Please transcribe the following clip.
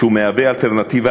מהווה אלטרנטיבה